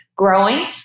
growing